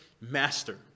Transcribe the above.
master